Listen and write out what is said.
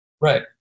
Right